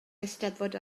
eisteddfod